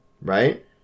Right